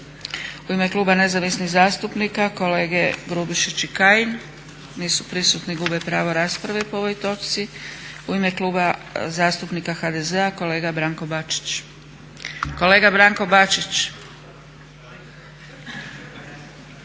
U ime kluba nezavisnih zastupnika kolege Grubišić i Kajin. Nisu prisutni, gube pravo rasprave po ovoj točci. U ime Kluba zastupnika HDZ-a kolega Branko Bačić. **Bačić,